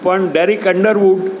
પણ ડેરિક અંડરવૂડ